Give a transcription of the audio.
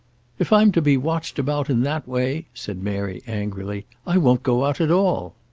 if i'm to be watched about in that way, said mary angrily, i won't go out at all.